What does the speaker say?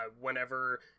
whenever